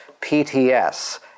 PTS